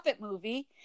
movie